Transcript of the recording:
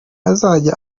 azajya